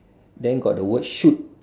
then got the word shoot